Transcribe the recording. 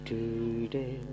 Today